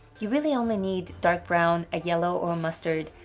you really only need dark brown, a yellow or a mustard,